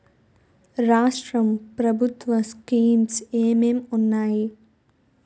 రాష్ట్రం ప్రభుత్వ స్కీమ్స్ ఎం ఎం ఉన్నాయి?